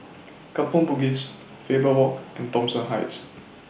Kampong Bugis Faber Walk and Thomson Heights